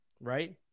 right